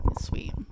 sweet